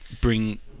bring